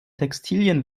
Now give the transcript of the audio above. textilien